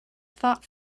thought